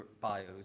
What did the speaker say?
bios